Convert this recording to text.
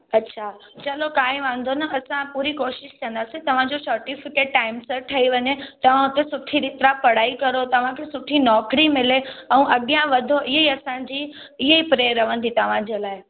अच्छा चलो काए वांदो न असां पूरी कोशिशि कंदासीं तव्हांजो सटिफिकेट टाइम सां ठही वञे तव्हां हुते सुठी रीति सां पढ़ाई करो तव्हांखे सुठी नौकिरी मिले ऐं अॻियां वधो इए ई असांजी इहेई प्रे रहंदी तव्हांजे लाइ